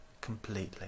completely